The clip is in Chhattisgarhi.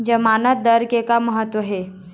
जमानतदार के का महत्व हे?